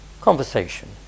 conversation